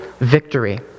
victory